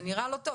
זה נראה לא טוב.